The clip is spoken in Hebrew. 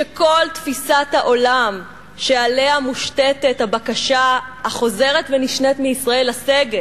שכל תפיסת העולם שעליה מושתתת הבקשה החוזרת ונשנית מישראל לסגת,